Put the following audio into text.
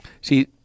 See